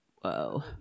Whoa